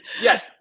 Yes